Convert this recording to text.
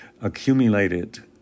accumulated